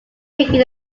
taken